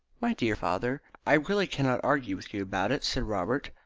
my dear father, i really cannot argue with you about it, said robert.